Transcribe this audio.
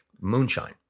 moonshine